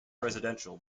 residential